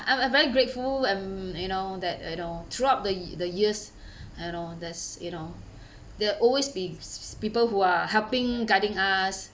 I'm I'm a very grateful and you know that you know throughout the ye~ the years you know there's you know there're always be s~ people who are helping guiding us